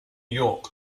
york